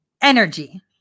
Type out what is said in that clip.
Energy